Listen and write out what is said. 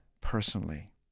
personally